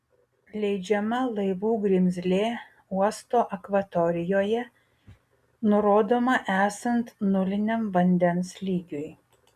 leidžiama laivų grimzlė uosto akvatorijoje nurodoma esant nuliniam vandens lygiui